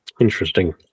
Interesting